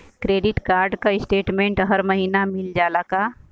Credit card क statement हर महिना मिल जाला का?